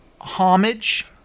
homage